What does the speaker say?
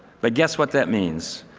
but guess what that means?